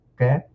okay